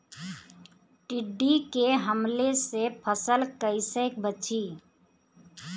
टिड्डी के हमले से फसल कइसे बची?